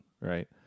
right